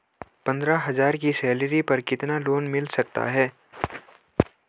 पंद्रह हज़ार की सैलरी पर कितना लोन मिल सकता है?